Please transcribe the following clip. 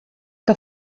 que